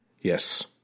Yes